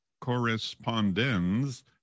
Correspondence